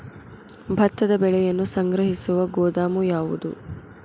ಭತ್ತದ ಬೆಳೆಯನ್ನು ಸಂಗ್ರಹಿಸುವ ಗೋದಾಮು ಯಾವದು?